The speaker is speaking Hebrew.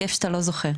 כיף שאתה לא זוכר.